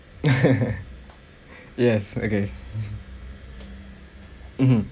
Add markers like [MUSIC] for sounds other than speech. [LAUGHS] yes okay mmhmm